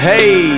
Hey